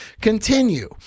continue